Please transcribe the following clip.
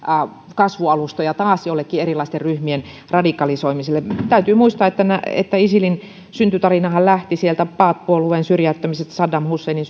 kasvualustoja taas jollekin erilaisten ryhmien radikalisoitumiselle täytyy muistaa että isilin syntytarinahan lähti sieltä baath puolueen syrjäyttämisestä ja saddam husseinin